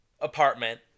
apartment